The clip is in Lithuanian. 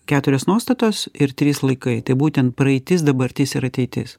keturios nuostatos ir trys laikai tai būtent praeitis dabartis ir ateitis